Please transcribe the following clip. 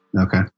Okay